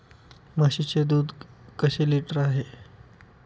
म्हशीचे दूध कसे लिटर आहे?